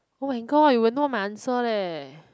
oh my god you will know my answer leh